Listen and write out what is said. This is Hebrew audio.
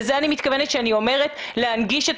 לזה אני מתכוונת כשאני אומרת להנגיש את